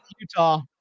Utah